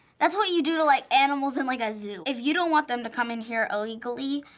that's what you do to like animals in like a zoo. if you don't want them to come in here illegally,